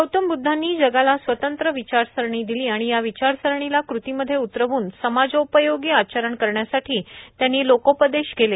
गौतम ब्द्धांनी जगाला स्वतंत्र विचारसरणी दिली आणि या विचारसरणीला क़तीमध्ये उतरवून समाज उपयोगी आचरण करण्यासाठी त्यांनी लोकोपदेश केले